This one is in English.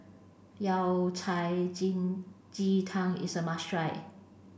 yao cai jin ji tang is a must try